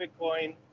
Bitcoin